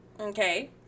Okay